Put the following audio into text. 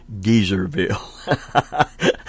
Geezerville